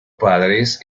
padres